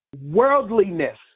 Worldliness